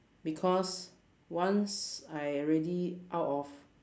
because once I already out of